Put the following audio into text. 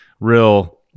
real